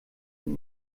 und